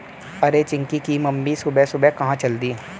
अरे चिंकी की मम्मी सुबह सुबह कहां चल दी?